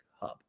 Hub